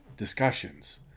Discussions